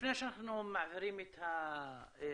לפני שאנחנו מעבירים את הדיון